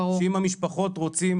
שאם המשפחות רוצות,